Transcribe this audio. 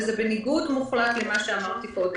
וזה בניגוד מוחלט למה שאמרתי קודם.